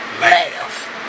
laugh